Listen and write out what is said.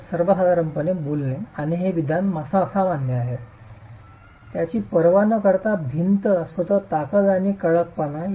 तर सर्वसाधारणपणे बोलणे आणि हे विधान सामान्य आहे याची पर्वा न करता भिंत स्वतः ताकद आणि कडकपणा